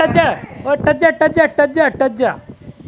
पृथ्वी की सतह लगभग पचहत्तर प्रतिशत जल से भरी है